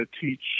teach